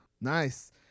Nice